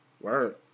Word